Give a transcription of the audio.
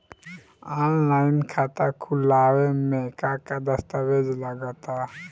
Online खाता खूलावे म का का दस्तावेज लगा ता?